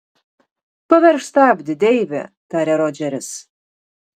paveržk stabdį deivi tarė rodžeris